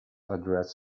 address